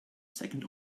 second